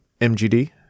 MGD